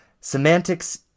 Semantics